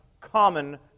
common